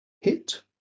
hit